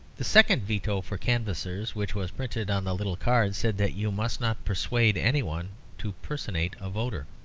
the second veto for canvassers which was printed on the little card said that you must not persuade any one to personate a voter.